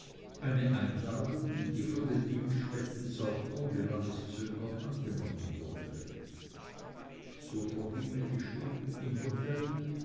eine einladung die von den innstettens auch ohne langes zögern angenommen wurde so vergingen die stunden im hotel